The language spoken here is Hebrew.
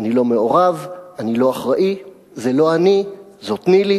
אני לא מעורב, אני לא אחראי, זה לא אני, זאת נילי.